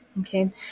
Okay